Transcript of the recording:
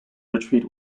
retreat